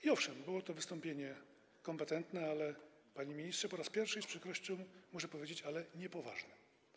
I owszem, było to wystąpienie kompetentne, ale panie ministrze, po raz pierwszy z przykrością muszę powiedzieć, że niepoważne.